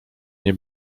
nie